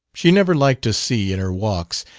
she never liked to see, in her walks,